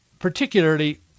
particularly